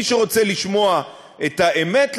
מי שרוצה לשמוע את האמת,